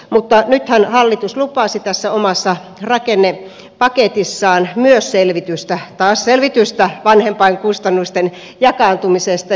mutta nythän hallitus lupasi tässä omassa rakennepaketissaan selvitystä taas selvitystä vanhempain kustannusten jakaantumisesta